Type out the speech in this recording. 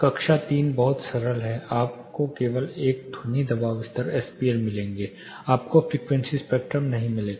कक्षा III बहुत सरल है आपको केवल एक ध्वनि दबाव स्तर SPL मिलेगा आपको फ़्रीक्वेंसी स्पेक्ट्रम नहीं मिलेगा